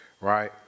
right